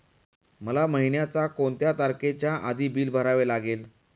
मला महिन्याचा कोणत्या तारखेच्या आधी बिल भरावे लागेल?